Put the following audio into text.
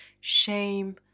shame